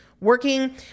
working